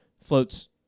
floats